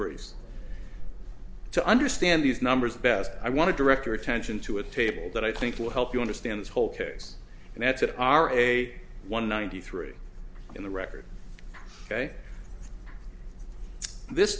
breeze to understand these numbers best i want to direct your attention to a table that i think will help you understand this whole case and that's it ira one ninety three in the record ok this